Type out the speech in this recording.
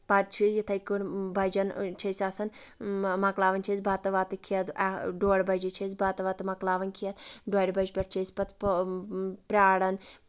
پَتہٕ چھُ یِتھٕے کٲٹھۍ بَجان چھِ أسۍ آسَان مۄکلاوان چھِ أسۍ بَتہٕ وَتہٕ کھٮ۪تھ ڈوٚڑِ بَجے چھِ أسۍ بَتہٕ وَتہٕ مۄکلاوان کھٮ۪تھ ڈوٚڑِ بَجہِ پٮ۪ٹھ چھِ أسۍ پَتہٕ پٲ پیاران